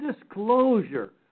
disclosure